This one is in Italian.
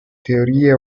teorie